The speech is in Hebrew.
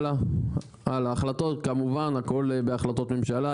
החלטות כמובן, הכל בהחלטות ממשלה.